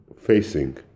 facing